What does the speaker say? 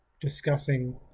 discussing